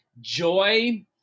joy